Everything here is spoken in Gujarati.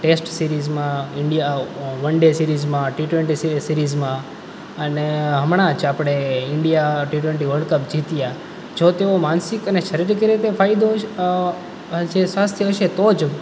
ટેસ્ટ સિરીઝમાં ઈન્ડિયા વન ડે સિરીઝમાં ટી ટવેન્ટી સિરીઝમાં અને હમણાં જ આપણે India T twenty world cup જીત્યાં જો તેઓ માનસિક અને શારીરિક રીતે ફાયદો જ જે સ્વસ્થ હશે તો જ